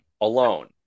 alone